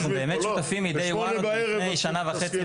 אני חושב שאנחנו באמת שותפים מ-day one עוד לפני שנה וחצי,